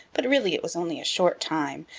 but really it was only a short time,